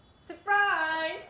Surprise